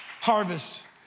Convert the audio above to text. harvest